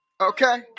Okay